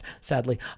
sadly